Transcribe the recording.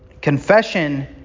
confession